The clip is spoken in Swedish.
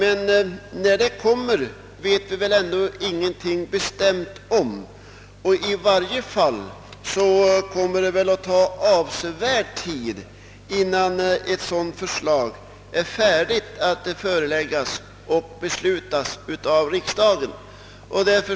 Men när resultatet av utredningens arbete skall kunna framläggas vet vi ändå ingenting bestämt om. I varje fall kommer det väl att ta avsevärd tid, innan förslag på grundval av utredningens betänkande är färdigt att föreläggas riksdagen, så att riksdagen kan besluta i frågan.